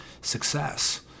success